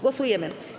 Głosujemy.